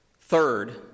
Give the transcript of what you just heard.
Third